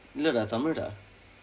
இல்லை:illai dah tamil dah